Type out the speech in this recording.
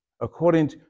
according